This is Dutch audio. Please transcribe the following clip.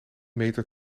meter